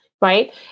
Right